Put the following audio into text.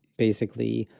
basically,